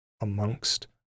amongst